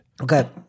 Okay